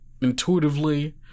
intuitively